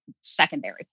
secondary